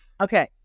okay